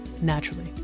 naturally